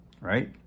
right